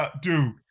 dude